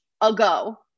ago